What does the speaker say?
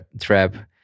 trap